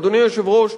אדוני היושב-ראש,